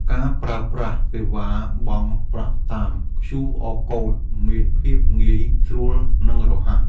ការប្រើប្រាស់សេវាបង់ប្រាក់តាម QR Code មានភាពងាយស្រួល និងរហ័ស។